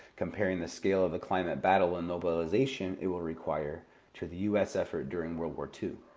comparing the scale of the climate battle and mobilization it will require to the u s. effort during world war two.